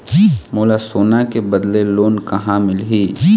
मोला सोना के बदले लोन कहां मिलही?